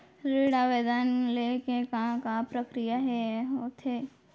ऋण आवेदन ले के का का प्रक्रिया ह होथे?